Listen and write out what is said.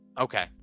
okay